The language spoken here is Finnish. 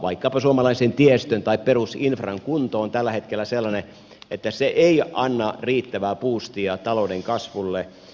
vaikkapa suomalaisen tiestön tai perusinfran kunto on tällä hetkellä sellainen että se ei anna riittävää buustia talouden kasvulle